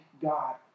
God